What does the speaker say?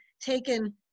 taken